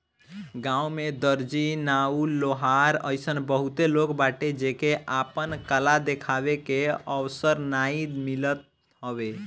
गांव में दर्जी, नाऊ, लोहार अइसन बहुते लोग बाटे जेके आपन कला देखावे के अवसर नाइ मिलत हवे